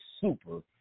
super